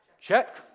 check